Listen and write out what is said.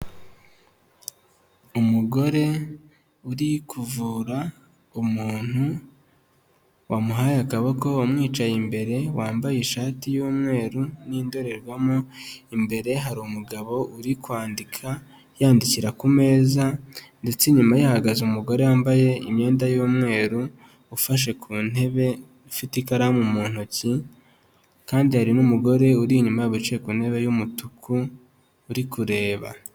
Umugore uri kuvura umuntu wamuhaye akaboko, amwicaye imbere wambaye ishati y'umweru n'indorerwamo, imbere hari umugabo uri kwandika yandikira ku meza ndetse inyuma ye hahagaze umugore wambaye imyenda y'umweru ufashe ku ntebe, ufite ikaramu mu ntoki kandi hari n'umugore uri inyuma yabo wicaye ku ntebe y'umutuku uri kureba.